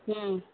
हूँ